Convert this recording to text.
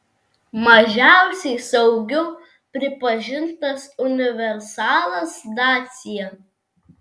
mažiausiai saugiu pripažintas universalas dacia